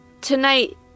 tonight